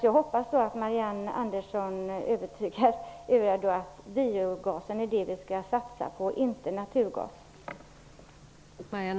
Jag hoppas att Marianne Andersson övertygar övriga om att det är biogasen vi skall satsa på och inte naturgasen.